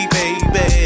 baby